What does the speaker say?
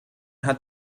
hat